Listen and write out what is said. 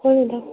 ꯍꯣꯏ ꯃꯦꯗꯥꯝ